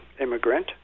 immigrant